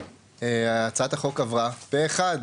הצבעה הצעת החוק עברה פה אחד.